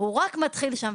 הוא רק מתחיל שם.